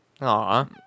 Aw